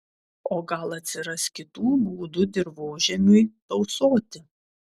o gal atsiras kitų būdų dirvožemiui tausoti